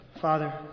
Father